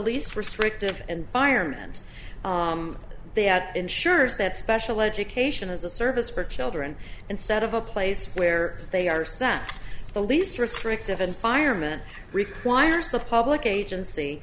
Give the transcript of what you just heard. least restrictive environment they had ensures that special education is a service for children instead of a place where they are sent the least restrictive environment requires the public agency